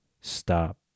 stop